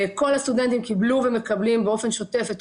כל הסטודנטים קיבלו ומקבלים באופן שוטף את